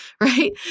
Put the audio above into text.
right